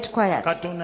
quiet